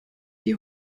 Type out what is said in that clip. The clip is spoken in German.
die